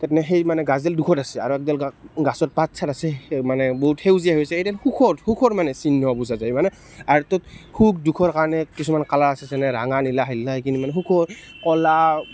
তাত মানে সেই মানে গছডাল দুখত আছে আৰু এডাল গছত পাত চাত আছে মানে বহুত সেউজীয়া হৈ আছে সেইদেন সুখত সুখৰ মানে চিহ্ন বুজা যায় মানে আৰ্টত সুখ দুখৰ কাৰণে কিছুমান কালাৰ আছে যেনে ৰঙা নীলা হালধীয়া এইখিনি মানে সুখৰ ক'লা